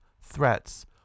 threats